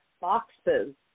boxes